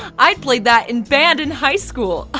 i played that in band in high school. ah